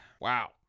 Wow